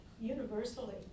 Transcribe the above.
universally